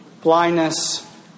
blindness